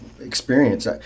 experience